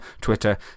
twitter